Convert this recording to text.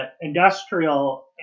industrial